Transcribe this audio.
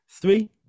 Three